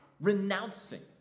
renouncing